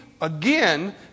again